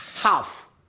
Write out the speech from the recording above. half